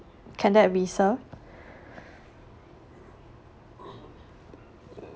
can that be served